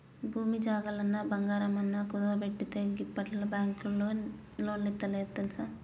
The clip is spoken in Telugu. భూమి జాగలన్నా, బంగారమన్నా కుదువబెట్టందే గిప్పట్ల బాంకులోల్లు లోన్లిత్తలేరు తెల్సా